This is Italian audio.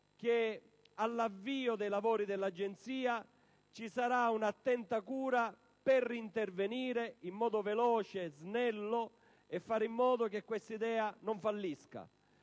che all'avvio dei lavori dell'Agenzia ci sarà un'attenta cura per intervenire nuovamente, in modo veloce e snello, e fare in modo che questa idea non fallisca.